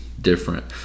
different